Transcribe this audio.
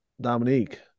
Dominique